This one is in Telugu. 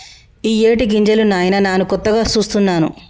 ఇయ్యేటి గింజలు నాయిన నాను కొత్తగా సూస్తున్నాను